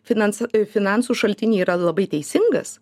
finansų ir finansų šaltinį yra labai teisingas